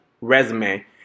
resume